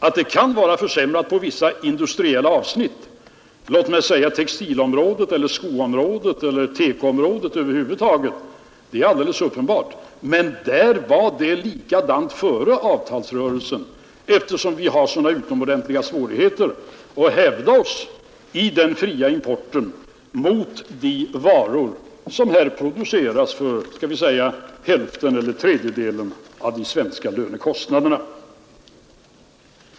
Att det kan vara försämrat på vissa industriella avsnitt, låt mig nämna textilområdet, skoområdet och TEKO-området över huvud taget, är alldeles uppenbart. Men där var det likadant före avtalsrörelsen, eftersom vi har sådana utomordentliga svårigheter att hävda oss mot den fria importen av varor, som produceras för hälften eller tredjedelen av de svenska lönekostnaderna.